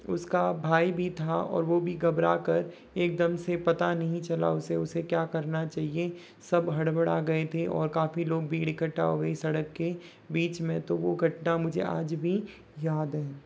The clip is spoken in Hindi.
उसका भाई भी था और वो भी घबरा कर एकदम से पता नहीं चला उसे उसे क्या करना चाहिए सब हड़बड़ा गए थे और काफ़ी लोग भीड़ इकठ्ठा हो गई सड़क के बीच में तो वो घटना मुझे आज भी याद है